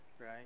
right